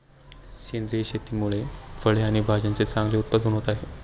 सेंद्रिय शेतीमुळे फळे आणि भाज्यांचे चांगले उत्पादन होत आहे